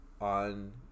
on